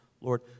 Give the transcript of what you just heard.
Lord